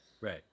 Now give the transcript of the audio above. right